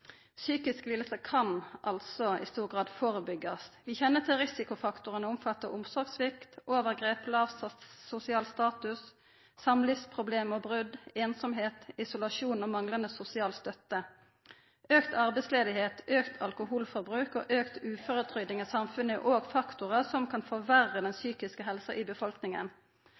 kan altså i stor grad førebyggjast. Vi kjenner til at risikofaktorane omfattar omsorgssvikt, overgrep, låg sosial status, samlivsproblem og -brot, einsemd, isolasjon og manglande sosial støtte. Auka arbeidsløyse, auka alkoholforbruk og auka uføretrygding i samfunnet er òg faktorar som kan forverra den psykiske helsa i befolkninga.